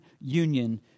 union